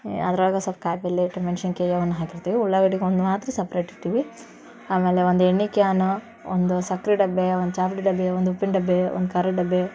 ಅದ್ರಾಗೆ ಸ್ವಲ್ಪ ಕಾಯಿಪಲ್ಲೆ ಇಟ್ಟು ಮೆಣ್ಸಿನ್ಕಾಯಿ ಅವನ್ನು ಹಾಕಿರ್ತೀವಿ ಉಳ್ಳಾಗಡ್ಡೆಗ್ ಒಂದು ಮಾತ್ರ ಸಪ್ರೇಟ್ ಇಟ್ಟೀವಿ ಆಮೇಲೆ ಒಂದು ಎಣ್ಣೆ ಕ್ಯಾನು ಒಂದು ಸಕ್ಕರೆ ಡಬ್ಬ ಒಂದು ಚಹಾ ಪುಡಿ ಡಬ್ಬ ಒಂದು ಉಪ್ಪಿನ ಡಬ್ಬ ಒಂದು ಖಾರದ ಡಬ್ಬಿ